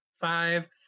five